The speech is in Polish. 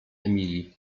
emilii